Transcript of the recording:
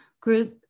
group